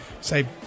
say